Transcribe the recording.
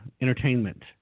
entertainment